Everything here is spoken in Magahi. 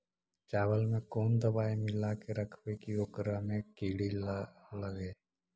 चावल में कोन दबाइ मिला के रखबै कि ओकरा में किड़ी ल लगे?